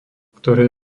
ktoré